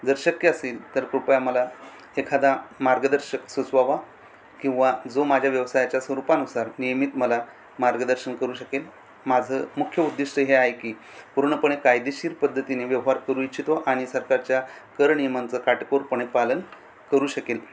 जर शक्य असेल तर कृपया मला एखादा मार्गदर्शक सुचवावा किंवा जो माझ्या व्यवसायाच्या स्वरूपानुसार नियमित मला मार्गदर्शन करू शकेल माझं मुख्य उद्दिष्ट हे आहे की पूर्णपणे कायदेशीर पद्धतीने व्यवहार करू इच्छितो आणि सरकारच्या करनियमांचं काटेकोरपणे पालन करू शकेल